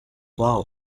wow